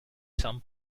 san